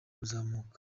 kuzamuka